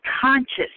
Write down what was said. conscious